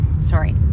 sorry